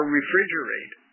refrigerate